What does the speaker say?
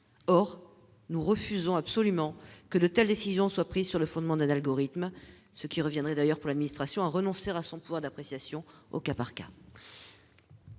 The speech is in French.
or nous refusons absolument que de telles décisions soient prises sur le fondement d'un algorithme, ce qui reviendrait d'ailleurs pour l'administration à renoncer à son pouvoir d'appréciation au cas par cas.